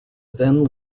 then